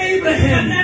Abraham